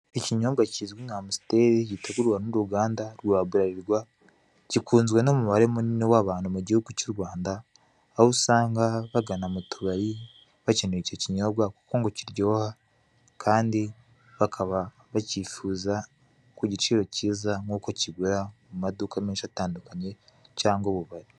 Ikinyobwa kizwi nka amasiteri gitegurwa n'uruganda rwa bularirwa gikunzwe n'umubare munini mu gihugu cy' u Rwanda, aho usanga bagana mu tubari bakeneye icyo kinyobwa kuko ngo kiryoha kandi bakaba bakifuza ku giciro cyiza nk'uko kigura mu maduka menshi atandukanye cyangwa ububari.